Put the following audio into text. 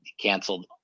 canceled